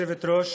כבוד היושבת-ראש,